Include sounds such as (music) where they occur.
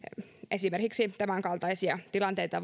esimerkiksi tämänkaltaisia tilanteita (unintelligible)